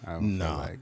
No